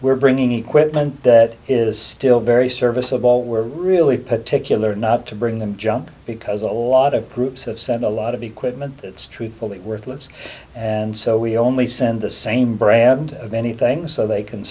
we're bringing equipment that is still very serviceable we're really particular not to bring them jump because a lot of proops have sent a lot of equipment that's truthfully worthless and so we only send the same brand of anything so they can